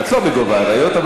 את לא בגוב האריות,